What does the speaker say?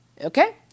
Okay